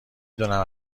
دونم